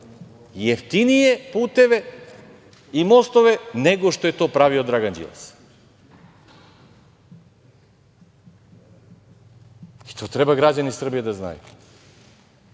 jeftinije puteve i mostove nego što je to pravio Dragan Đilas. To treba građani Srbije da znaju.